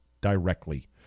directly